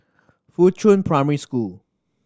Fuchun Primary School